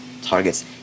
targets